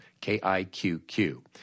K-I-Q-Q